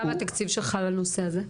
כמה התקציב שלך לנושא הזה?